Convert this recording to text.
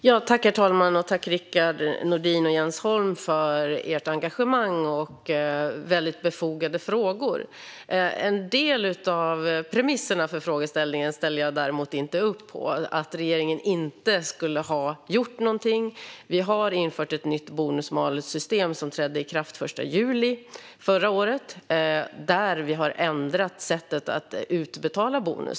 Herr talman! Tack, Rickard Nordin och Jens Holm, för ert engagemang och era väldigt befogade frågor! En del av premisserna för frågeställningen - att regeringen inte skulle ha gjort något - ställer jag däremot inte upp på. Vi har infört ett nytt bonus-malus-system som trädde i kraft den 1 juli förra året. Då ändrade vi sättet att utbetala bonusen.